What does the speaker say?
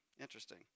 interesting